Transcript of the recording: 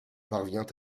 parvient